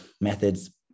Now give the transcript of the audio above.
methods